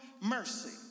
mercy